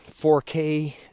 4K